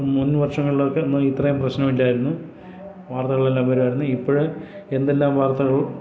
മുൻവർഷങ്ങളിലൊക്കെ ഇത്രയും പ്രശ്നമില്ലായിരുന്നു വാർത്തകളെല്ലാം വരുമായിരുന്നു ഇപ്പോൾ എന്തെല്ലാം വാർത്തകൾ